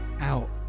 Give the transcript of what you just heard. out